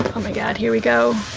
oh, my god. here we go.